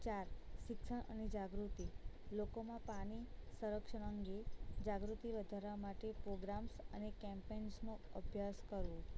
ચાર શિક્ષણ અને જાગૃતિ લોકોમાં પાની સંરક્ષણ અંગે જાગૃતિ વધારવા માટે પોગ્રામ્સ અને કેમ્પેન્સનો અભ્યાસ કરું